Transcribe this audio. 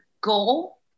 goal